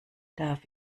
darf